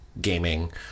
gaming